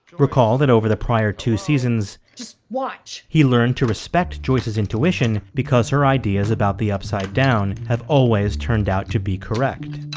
recall that over the prior two seasons he learned to respect joyce's intuition because her ideas about the upside down have always turned out to be correct